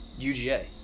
UGA